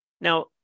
Now